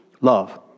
love